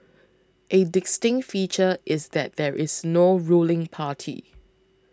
a distinct feature is that there is no ruling party